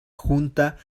junta